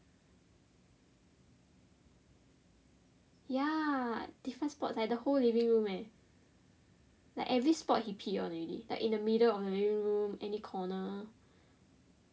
ya different spots like the whole living room leh like every spot he pee on already like in the middle of the living room any corner